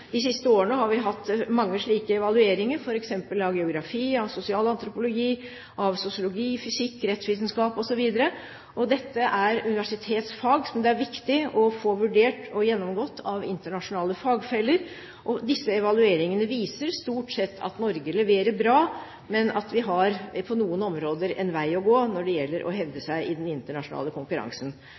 de ulike forskningsdisipliner. De siste årene har vi hatt mange slike evalueringer f.eks. av geografi, sosialantropologi, sosiologi, fysikk, rettsvitenskap osv. Dette er universitetsfag som det er viktig å få vurdert og gjennomgått av internasjonale fagfeller. Disse evalueringene viser stort sett at Norge leverer bra, men at vi på noen områder har en vei å gå når det gjelder å hevde oss i den internasjonale konkurransen.